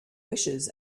wishes